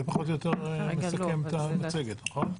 זה פחות או יותר מסכם את המצגת נכון?